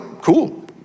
Cool